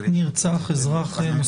נרצח אזרח.